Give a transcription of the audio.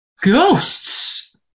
Ghosts